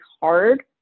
hard